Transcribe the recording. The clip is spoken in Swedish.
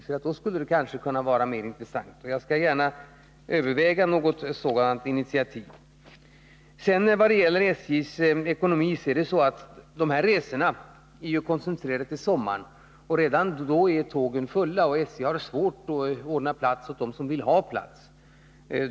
Det skulle kanske vara mer intressant. Jag skall gärna överväga sådana initiativ. När det sedan gäller SJ:s ekonomi är det så att de här resorna är koncentrerade till sommaren. Under den perioden är tågen redan fulla, och SJ har svårt att ordna plats åt dem som vill ha plats.